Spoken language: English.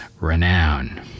renown